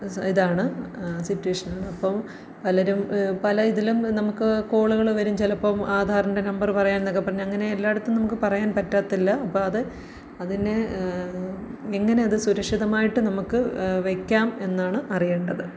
ഇതാണ് സിറ്റുവേഷനാണ് അപ്പം പലരും പല ഇതിലും നമുക്ക് കോളുകൾ വരും ചിലപ്പം ആധാറിൻ്റെ നമ്പറ് പറയാനെന്നൊക്കെ പറഞ്ഞ് അങ്ങനെ എല്ലായിടത്തും നമുക്ക് പറയാൻ പറ്റത്തില്ല അപ്പം അത് അതിന് എങ്ങനെ അത് സുരഷിതമായിട്ട് നമ്മൾക്ക് വെയ്ക്കാം എന്നാണ് അറിയേണ്ടത്